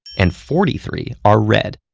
and forty three are red.